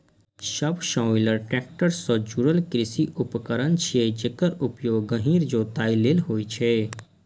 subsoiler tractor सं जुड़ल कृषि उपकरण छियै, जेकर उपयोग गहींर जोताइ लेल होइ छै